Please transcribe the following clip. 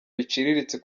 biciriritse